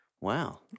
Wow